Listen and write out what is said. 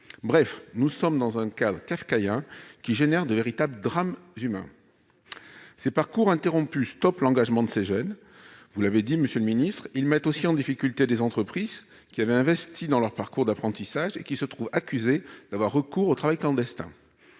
Bref, nous sommes dans un cadre kafkaïen, qui provoque de véritables drames humains. Ces parcours interrompus stoppent l'engagement de ces jeunes, vous l'avez dit, monsieur le secrétaire d'État. Ils mettent aussi en difficulté des entreprises qui avaient investi dans leur parcours d'apprentissage et qui se retrouvent accusées d'avoir recours au travail clandestin.